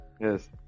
Yes